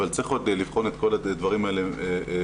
אבל צריך עוד לבחון את כל הדברים האלה לזמן